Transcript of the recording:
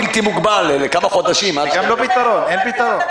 אין פתרון.